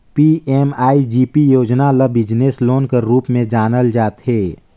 PMEGP योजना ल business loan कर रूप में जानल जाथे